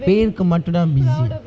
பேருக்கு மட்டுதா:paerukku mattuthaa busy